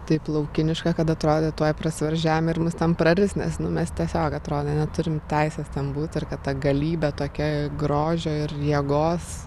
taip laukiniška kad atrodė tuoj prasivers žemė ir mus ten praris nes mes tiesiog atrodė neturim teisės ten būt ir kad ta galybė tokia grožio ir jėgos